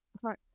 Sorry